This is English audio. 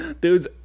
Dude's